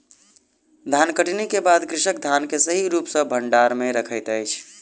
धानकटनी के बाद कृषक धान के सही रूप सॅ भंडार में रखैत अछि